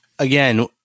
Again